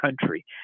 country